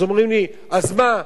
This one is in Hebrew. אז אומרים לי: אז מה?